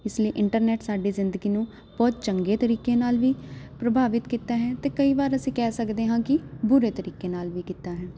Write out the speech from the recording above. ਇਸ ਲਈ ਇੰਟਰਨੈਟ ਸਾਡੀ ਜ਼ਿੰਦਗੀ ਨੂੰ ਬਹੁਤ ਚੰਗੇ ਤਰੀਕੇ ਨਾਲ ਵੀ ਪ੍ਰਭਾਵਿਤ ਕੀਤਾ ਹੈ ਤੇ ਕਈ ਵਾਰ ਅਸੀਂ ਕਹਿ ਸਕਦੇ ਹਾਂ ਕਿ ਬੁਰੇ ਤਰੀਕੇ ਨਾਲ ਵੀ ਕੀਤਾ ਹੈ